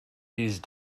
these